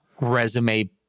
resume